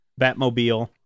Batmobile